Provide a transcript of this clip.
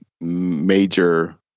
major